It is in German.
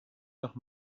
nach